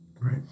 Right